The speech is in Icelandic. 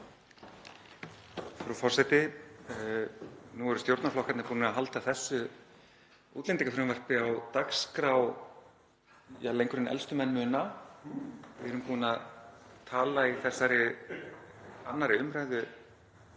Frú forseti. Nú eru stjórnarflokkarnir búnir að halda þessu útlendingafrumvarpi á dagskrá lengur en elstu menn muna. Við erum búin að tala í þessari 2. umr.,